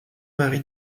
marie